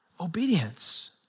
Obedience